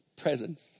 presence